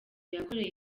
yakoreye